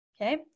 okay